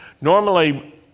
Normally